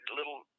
little